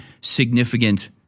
significant